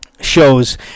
shows